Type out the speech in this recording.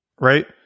right